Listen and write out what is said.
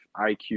IQ